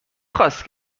خواست